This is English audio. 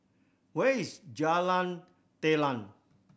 where is Jalan Telang